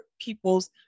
people's